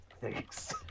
Thanks